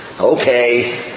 Okay